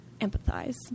empathize